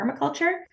permaculture